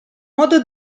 modo